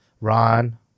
Ron